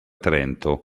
trento